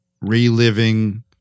reliving